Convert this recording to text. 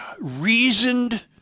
reasoned